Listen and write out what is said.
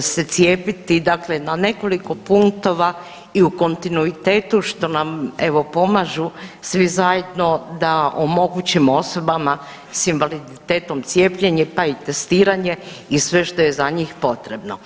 se cijepiti dakle na nekoliko punktova i u kontinuitetu što nam evo pomažu svi zajedno da omogućimo osobama s invaliditetom cijepljene pa i testiranje i sve što je za njih potrebno.